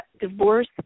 divorce